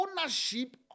ownership